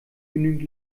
genügend